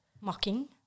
Mocking